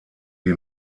die